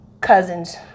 Cousins